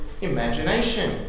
imagination